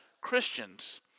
Christians